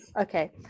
okay